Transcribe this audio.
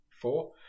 four